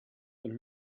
und